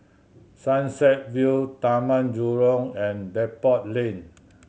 Sunset View Taman Jurong and Depot Lane